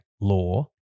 law